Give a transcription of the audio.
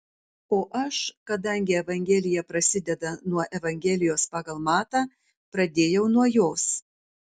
o aš kadangi evangelija prasideda nuo evangelijos pagal matą pradėjau nuo jos